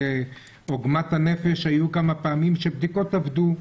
עוגמת הנפש שהיו כמה פעמים שבדיקות אבדו.